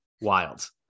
wild